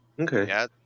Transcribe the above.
Okay